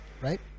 right